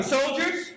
soldiers